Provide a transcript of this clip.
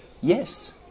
Yes